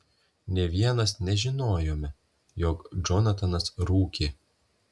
nė vienas nežinojome jog džonatanas rūkė